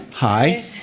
Hi